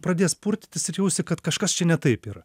pradės purtytis ir jausi kad kažkas čia ne taip yra